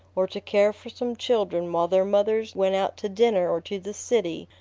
or to care for some children while their mothers went out to dinner or to the city,